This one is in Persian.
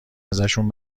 ازشون